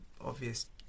obvious